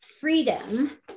freedom